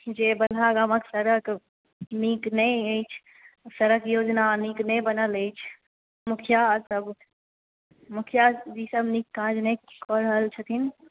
जे बलहा गामक सड़क नीक नहि अछि सड़क योजना नीक नहि बनल अछि मुखिया आर सभ मुखियाजीसभ नीक काज नहि कऽ रहल छथिन